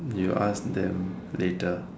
you ask them later